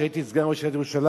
כשהייתי סגן ראש עיריית ירושלים,